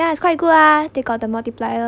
ya it's quite good ah they got the multiplier